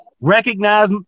Recognize